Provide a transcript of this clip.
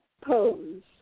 pose